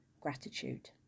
gratitude